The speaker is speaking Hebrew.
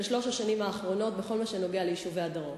שלוש השנים האחרונות בכל מה שנוגע ליישובי הדרום.